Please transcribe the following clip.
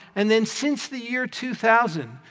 and then since the year two thousand,